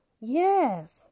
Yes